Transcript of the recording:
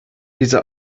diese